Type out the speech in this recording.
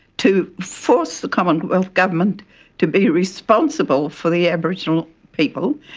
to force the commonwealth government to be responsible for the aboriginal people,